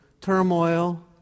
turmoil